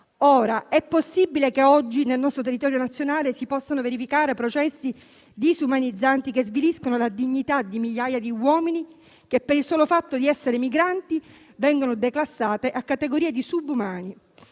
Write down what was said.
Ora, è possibile che oggi nel nostro territorio nazionale si possano verificare processi disumanizzanti che sviliscono la dignità di migliaia di uomini che, per il solo fatto di essere migranti, vengono declassati a categorie di subumani?